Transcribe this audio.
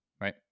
right